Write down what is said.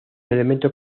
elemento